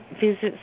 visits